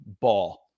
ball